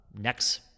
next